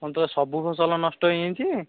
କ'ଣ ତୋର ସବୁ ଫସଲ ନଷ୍ଟ ହେଇଯାଇଛି